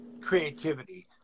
creativity